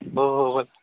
हो हो